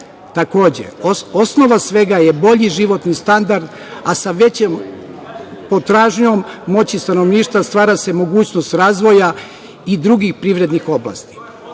Takođe, osnova svega je bolji životni standard, a sa većom potražnjom moći stanovništva stvara se mogućnost razvoja i drugih privrednih oblasti. Zakon